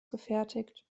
gefertigt